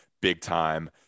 big-time